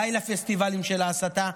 די לפסטיבלים של ההסתה.